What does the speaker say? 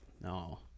no